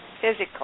physical